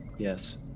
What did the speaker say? Yes